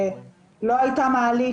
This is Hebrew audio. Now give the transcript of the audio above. ולא היתה מעלית,